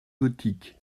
gothiques